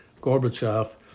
Gorbachev